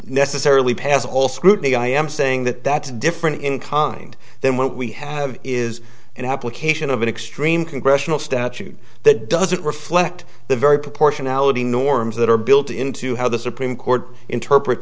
necessarily pass all scrutiny i am saying that that's different in kind than what we have is an application of an extreme congressional statute that doesn't reflect the very proportionality norms that are built into how the supreme court interpret